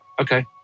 okay